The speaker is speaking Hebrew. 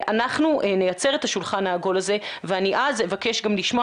אנחנו נייצר את השולחן העגול הזה ואז אבקש גם לשמוע